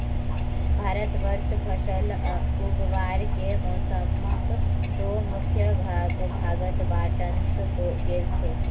भारतवर्षत फसल उगावार के मौसमक दो मुख्य भागत बांटाल गेल छेक